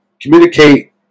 communicate